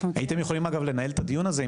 הייתם אגב יכולים לנהל את הדיון הזה אם